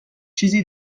چیزی